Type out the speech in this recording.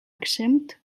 exempt